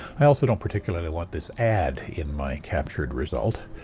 i also don't particularly want this ad in my captured result.